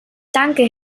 danke